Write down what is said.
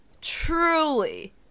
Truly